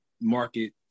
market